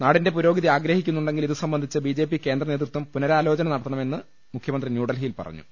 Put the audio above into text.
നാടിന്റെ പുരോ ഗതി ആഗ്രഹിക്കുന്നുണ്ടെങ്കിൽ ഇതു സംബന്ധിച്ച് ബിജെപി കേന്ദ്രനേ തൃത്വം പുനരാലോചന നടത്തണമെന്ന് മുഖ്യമന്ത്രി ന്യൂഡൽഹിയിൽ പറ ഞ്ഞു